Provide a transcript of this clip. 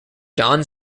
john